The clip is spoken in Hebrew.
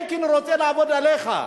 אלקין רוצה לעבוד עליך,